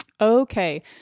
Okay